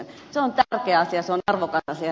se on tärkeä asia ja se on arvokas asia